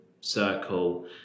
circle